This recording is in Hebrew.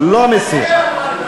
לא מסיר.